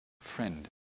friend